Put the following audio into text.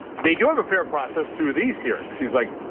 they do have a fair process through these hearings he's like,